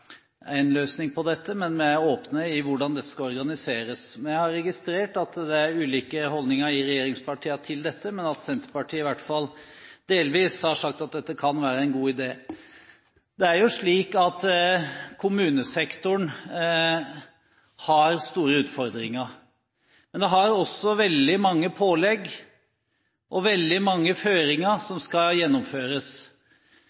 løsning på dette, men vi er åpne for hvordan dette skal organiseres. Vi har registrert at det er ulike holdninger i regjeringspartiene til dette, men at Senterpartiet i hvert fall delvis har sagt at dette kan være en god idé. Kommunesektoren har store utfordringer. Men det er også veldig mange pålegg og veldig mange føringer